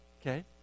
okay